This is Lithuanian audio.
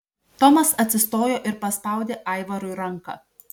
tomas atsistojo ir paspaudė aivarui ranką